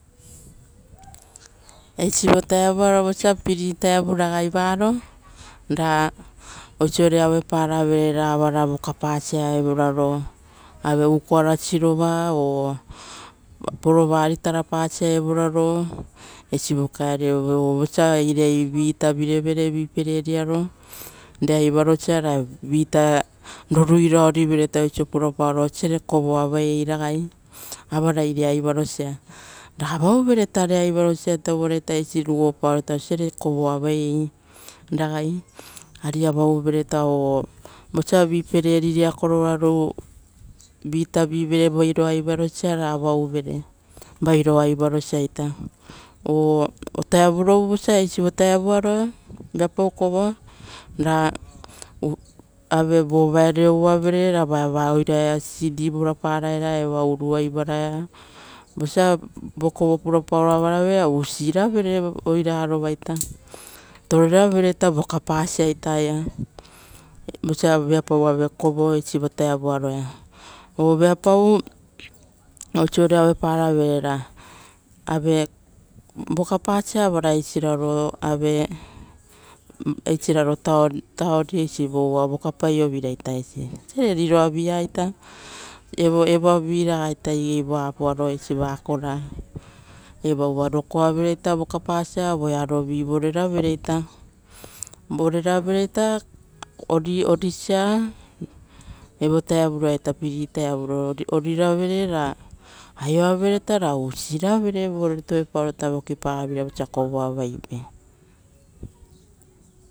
Eis vo taevuro vutaroaro vosa viae vuta ragaivaro ra oisore auepara vere ra avara vokapasa evoraro ave ukoara sirova o poroman vate tarapasa evo raro, eisi vo kaeriro ovosa irai vii tavivereve vii pereriaro reva aivarosa ra vita roruiraorivereita oisoita purapara "osare kovoavai ragai avavai rera aivorosa" ra avauvere ita vera aivarosa ita uvareita eisitarugopaoroita oiso osare kovoavaiei ragai ari avauvereita or vosa vii pereria riakoara vii tavivere vairo aivaro sa ra avauvere.